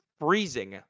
freezing